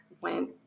went